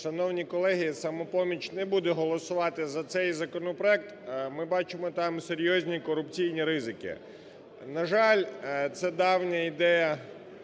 Шановні колеги! "Самопоміч" не буде голосувати за цей законопроект, ми бачимо там серйозні корупційні ризики. На жаль, це давня ідея